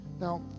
Now